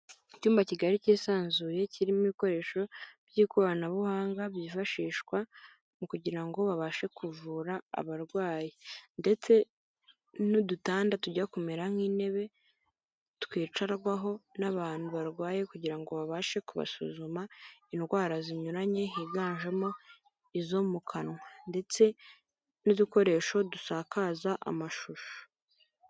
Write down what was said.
Icyumba kigari kisanzuye kirimo ibikoresho by'ikoranabuhanga byifashishwa mu kugira ngo babashe kuvura abarwayi ndetse n'udutanda tujya kumera nk'intebe twicarwaho n'abantu barwaye kugira ngo babashe kubasuzuma indwara zinyuranye higanjemo izo mu kanwa ndetse n'udukoresho dusakaza amashusho.